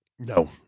No